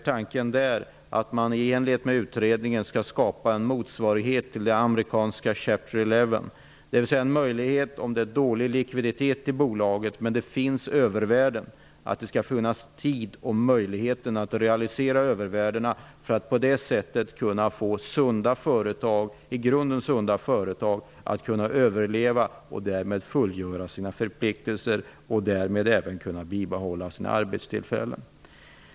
Tanken är att man i enlighet med utredningen skall skapa en motsvarighet till det amerikanska Chapter 11, dvs. en möjlighet, om bolaget har dålig likviditet men övervärden, att realisera övervärdena för att på det sättet ge i grunden sunda företag en chans att överleva och därmed fullgöra sina förpliktelser och bibehålla sina arbetstillfällen.